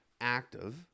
active